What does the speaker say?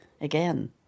again